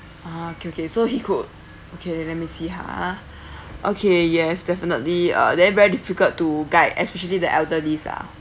ah okay okay so he could okay let me see ha okay yes definitely uh they're very difficult to guide especially the elderlies lah